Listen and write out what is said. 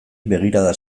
begirada